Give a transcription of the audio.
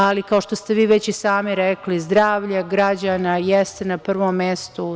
Ali, kao što ste vi već i sami rekli, zdravlje građana jeste na prvom mestu.